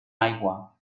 aigua